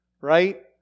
right